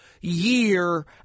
year